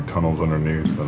tunnels underneath.